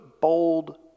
bold